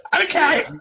Okay